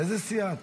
איזו סיעה אתה?